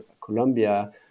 Colombia